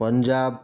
Punjab